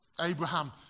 Abraham